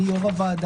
מי יו"ר הוועדה?